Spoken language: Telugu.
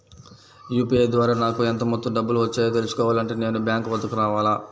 యూ.పీ.ఐ ద్వారా నాకు ఎంత మొత్తం డబ్బులు వచ్చాయో తెలుసుకోవాలి అంటే నేను బ్యాంక్ వద్దకు రావాలా?